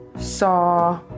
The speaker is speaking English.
saw